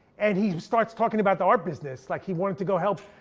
and he starts talking about the art business, like he wanted to go help.